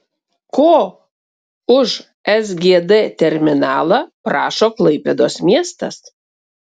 ko už sgd terminalą prašo klaipėdos miestas